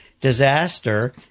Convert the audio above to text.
disaster